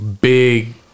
big